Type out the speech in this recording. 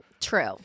True